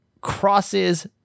crosses